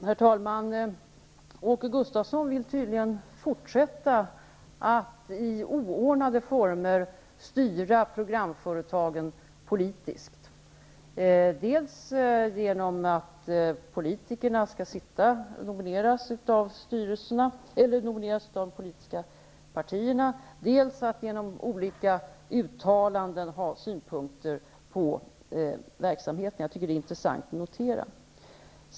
Herr talman! Åke Gustavsson vill tydligen fortsätta att i oordnade former styra programföretagen politiskt, genom att politiker dels skall sitta i styrelserna, nominerade av de politiska partierna, dels genom olika uttalanden ha synpunkter på verksamheten. Jag tycker att det är intressant att notera.